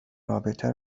رابطه